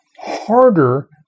harder